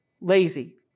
lazy